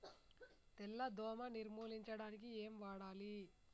తెల్ల దోమ నిర్ములించడానికి ఏం వాడాలి?